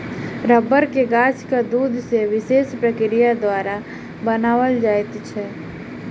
रबड़ के गाछक दूध सॅ विशेष प्रक्रिया द्वारा बनाओल जाइत छै